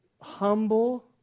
humble